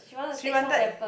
she wanted